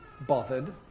bothered